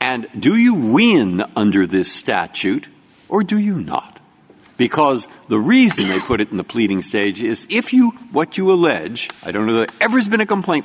and do you win under this statute or do you not because the reason they put it in the pleading stage is if you what you allege i don't know that every has been a complaint